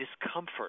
discomfort